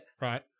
Right